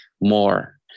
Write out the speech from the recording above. more